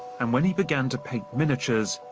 and when he began to paint miniatures,